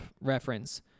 reference